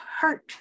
hurt